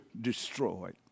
destroyed